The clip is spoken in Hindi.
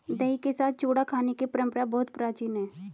दही के साथ चूड़ा खाने की परंपरा बहुत प्राचीन है